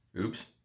Oops